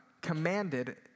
commanded